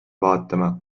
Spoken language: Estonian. vaatama